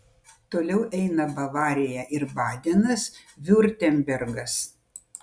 toliau eina bavarija ir badenas viurtembergas